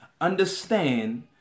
understand